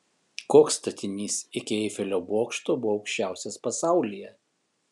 koks statinys iki eifelio bokšto buvo aukščiausias pasaulyje